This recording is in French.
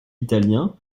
italien